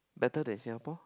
better than Singapore